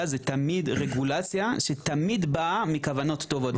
זה תמיד רגולציה שתמיד באה מכוונות טובות.